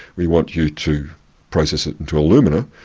we want you to process it into alumina,